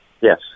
Yes